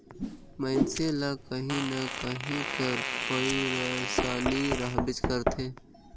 मइनसे ल काहीं न काहीं कर पइरसानी रहबेच करथे